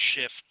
shift